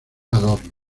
adornos